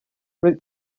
route